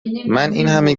اینهمه